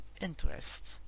interest